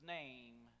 name